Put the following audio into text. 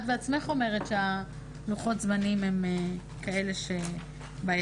את בעצמך אורמת שלוחות הזמנים הם כאלה שבעייתיים.